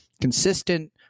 consistent